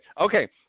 okay